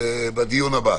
בדיון הבא.